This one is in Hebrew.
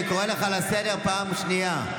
אני קורא אותך לסדר פעם שנייה.